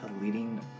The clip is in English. leading